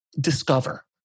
Discover